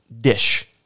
dish